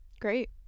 Great